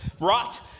rot